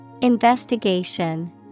Investigation